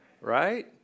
right